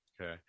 Okay